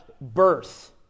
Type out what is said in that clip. birth